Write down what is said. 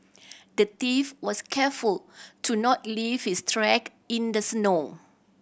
the thief was careful to not leave his track in the snow